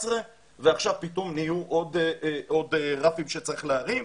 ועכשיו פתאום יש עוד רפים שצריך להרים?